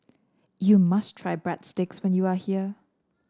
you must try Breadsticks when you are here